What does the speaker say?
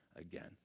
again